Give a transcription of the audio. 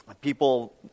people